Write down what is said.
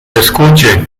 escuche